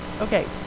okay